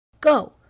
Go